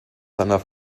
seiner